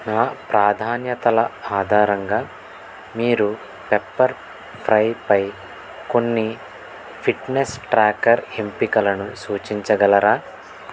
నా ప్రాధాన్యతల ఆధారంగా మీరు పెప్పర్ఫ్రైపై కొన్ని ఫిట్నెస్ ట్రాకర్ ఎంపికలను సూచించగలరా